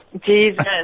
Jesus